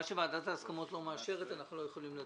במה שוועדת ההסכמות לא מאשרת אנחנו לא יכולים לדון.